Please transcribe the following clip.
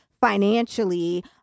financially